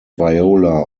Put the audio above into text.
viola